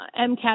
MCAT